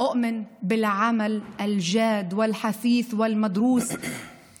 אני מאמינה בעבודה רצינית וקדחתנית